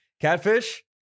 catfish